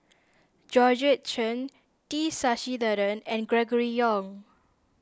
Georgette Chen T Sasitharan and Gregory Yong